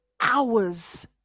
hours